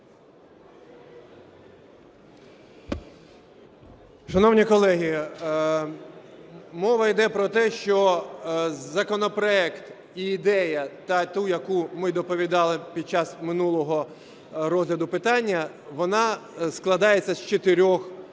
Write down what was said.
Шановні колеги, мова йде про те, що законопроект і ідея, та, яку ми доповідали під час минулого розгляду питання, вона складається з чотирьох